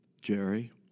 Jerry